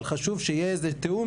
אבל חשוב שיהיה תיאום,